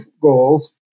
goals